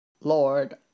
Lord